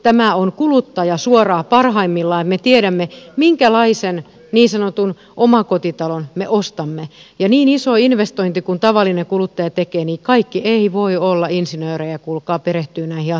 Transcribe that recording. tämä on kuluttajasuoraa parhaimmillaan että me tiedämme minkälaisen niin sanotun omakotitalon me ostamme ja niin ison investoinnin kuin tavallinen kuluttaja tekee niin kaikki eivät voi olla insinöörejä kuulkaa ja perehtyä näihin asioihin niin hyvin